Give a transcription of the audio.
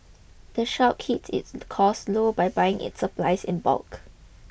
the shop keeps its costs low by buying its supplies in bulk